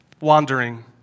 wandering